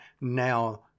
Now